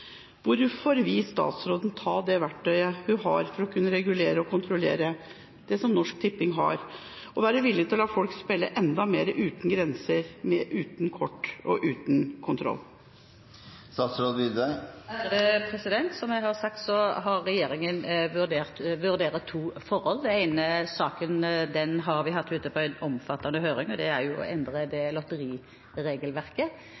Hvorfor vil statsråden ta det verktøyet hun har for å kunne regulere og kontrollere det som Norsk Tipping har, og være villig til å la folk spille enda mer uten grenser, uten kort og uten kontroll? Som jeg har sagt, har regjeringen vurdert to forhold. Den ene saken har vi hatt ute på en omfattende høring. Det gjelder endring av lotteriregelverket, og går på at man åpner opp for en mulighet for å